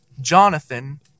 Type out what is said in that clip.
Jonathan